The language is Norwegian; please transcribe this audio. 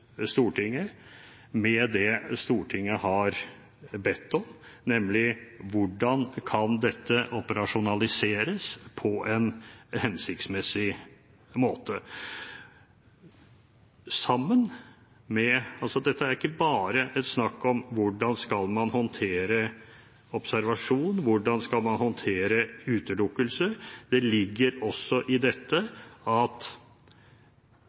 Stortinget med det Stortinget har bedt om, nemlig hvordan dette kan operasjonaliseres på en hensiktsmessig måte. Dette er ikke bare snakk om hvordan man skal håndtere observasjon, hvordan man skal håndtere utelukkelser – det ligger også her at påvirkningen gjennom eierskap skal gå side om side med dette. Jeg synes at